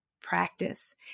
practice